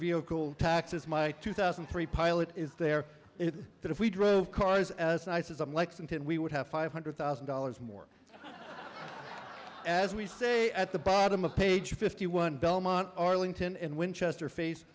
vehicle taxes my two thousand and three pilot is there is that if we drove cars as nice as i'm lexington we would have five hundred thousand dollars more as we say at the bottom of page fifty one belmont arlington in winchester